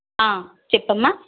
చెప్పమ్మా